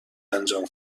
انجام